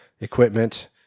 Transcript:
equipment